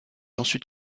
ensuite